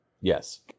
Yes